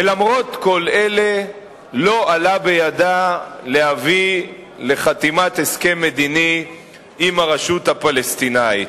ולמרות כל אלה לא עלה בידה להביא לחתימת הסכם מדיני עם הרשות הפלסטינית.